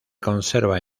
conserva